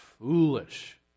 foolish